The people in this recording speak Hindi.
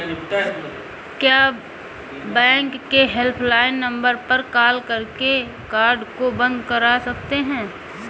क्या बैंक के हेल्पलाइन नंबर पर कॉल करके कार्ड को बंद करा सकते हैं?